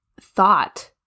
thought –